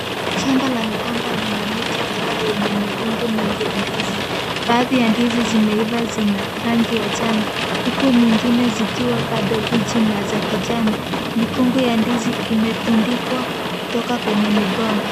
Shamba la migomba lina miti kadhaa yenye mikungu mingi ya ndizi. Baadhi ya ndizi zimeiva zina rangi ya njano huku nyingine zikiwa bado mbichi na za kijani. Mikungu ya ndizi imetundikwa kutoka kwenye migomba.